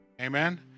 Amen